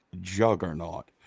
juggernaut